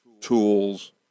tools